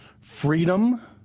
freedom